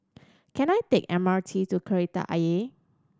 can I take M R T to Kreta Ayer